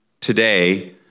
today